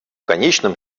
конечном